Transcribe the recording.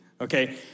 Okay